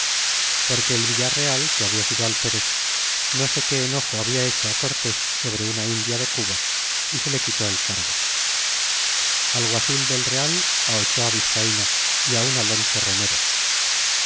porque el villareal que habla sido alferez no sé qué enojo habla hecho á cortés sobre una india de cuba y se le quitó el cargo y alguacil del real ochoa vizcaino y un alonso romero